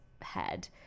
head